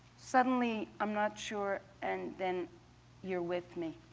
suddenly i'm not sure, and then you're with me.